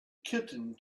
kitten